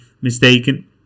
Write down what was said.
mistaken